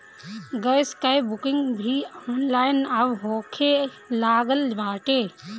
gas कअ booking भी online अब होखे लागल बाटे